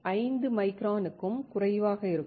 5 மைக்ரானுக்கும் குறைவாக இருக்கும்